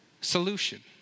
solution